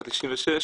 בת 96,